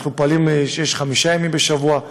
אנחנו פועלים שיהיה חמישה ימים בשבוע.